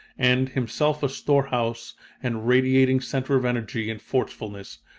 and, himself a storehouse and radiating center of energy and forcefulness,